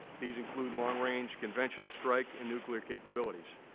these include long range conventional strike and nuclear capabilities.